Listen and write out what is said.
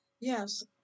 Yes